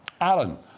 Alan